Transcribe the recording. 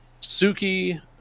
Suki